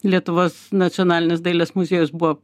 lietuvos nacionalinis dailės muziejus buvo